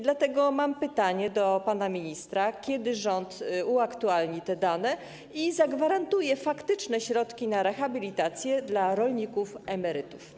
Dlatego mam pytanie do pana ministra: Kiedy rząd uaktualni te dane i zagwarantuje faktyczne środki na rehabilitację dla rolników emerytów?